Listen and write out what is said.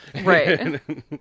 right